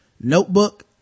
notebook